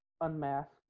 Unmask